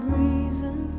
reason